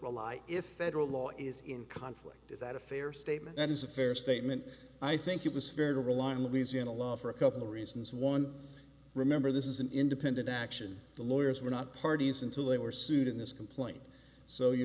rely if federal law is in conflict is that a fair statement that is a fair statement i think it was fair to rely on louisiana law for a couple reasons one remember this is an independent action the lawyers were not parties until they were sued in this complaint so you